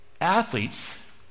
Athletes